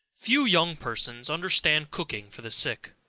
few young persons understand cooking for the sick.